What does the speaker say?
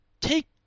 take